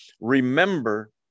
Remember